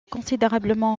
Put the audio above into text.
considérablement